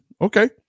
okay